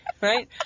right